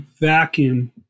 vacuum